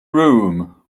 room